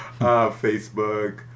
Facebook